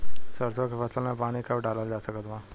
सरसों के फसल में पानी कब डालल जा सकत बा?